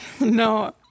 No